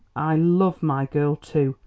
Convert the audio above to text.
i love my girl too,